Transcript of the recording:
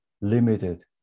limited